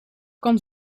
kan